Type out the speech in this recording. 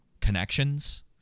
connections